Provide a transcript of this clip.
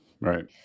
right